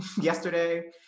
yesterday